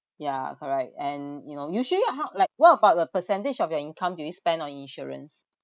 ya correct and you know usually how like what about the percentage of your income do you spend on your insurance